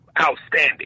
outstanding